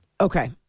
Okay